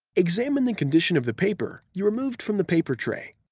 examine the condition of the paper you removed from the paper tray.